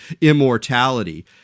immortality